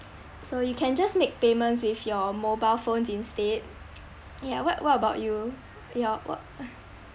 so you can just make payments with your mobile phones instead ya what what about you your what uh